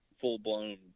full-blown